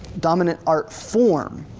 dominant art form.